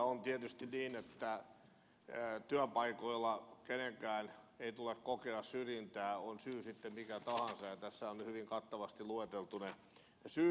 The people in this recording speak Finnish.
on tietysti niin että työpaikoilla kenenkään ei tule kokea syrjintää on syy sitten mikä tahansa ja tässä on hyvin kattavasti lueteltu ne syyt